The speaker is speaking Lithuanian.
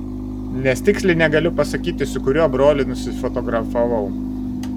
nes tiksliai negaliu pasakyti su kuriuo broliu nusifotografavau